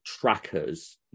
trackers